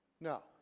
No